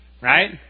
right